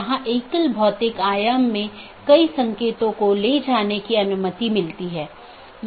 3 अधिसूचना तब होती है जब किसी त्रुटि का पता चलता है